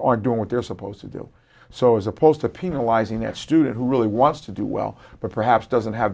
are doing what they're supposed to do so as opposed to penalizing that student who really wants to do well but perhaps doesn't have